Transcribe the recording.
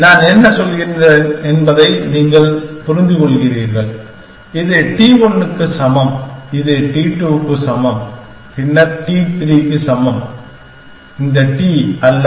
எனவே நான் என்ன சொல்கிறேன் என்பதை நீங்கள் புரிந்துகொள்கிறீர்கள் இது T 1 க்கு சமம் இது t 2 க்கு சமம் பின்னர் t 3 க்கு சமம் இந்த t அல்ல